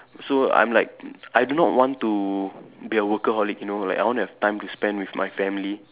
so I'm like I do not want to be a workaholic you know like I want to have time to spend with my family